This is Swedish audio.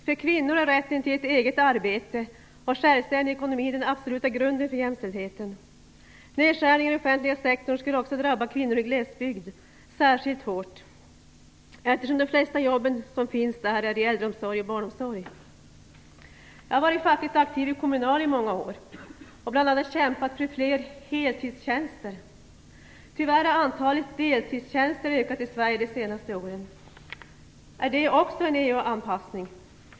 För kvinnor är rätten till ett eget arbete och en självständig ekonomi den absoluta grunden för jämställdheten. Nedskärningar inom offentliga sektorn skulle också drabba kvinnor i glesbygd särskilt hårt, eftersom de flesta jobben där finns inom äldreomsorgen och barnomsorgen. Jag har varit fackligt aktiv i Kommunal i många år och bl.a. kämpat för fler heltidstjänster. Tyvärr har antalet deltidstjänster ökat i Sverige under de senaste åren. Är detta också en EU-anpassning?